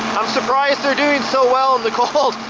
i'm surprised they're doing so well in the cold.